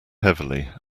heavily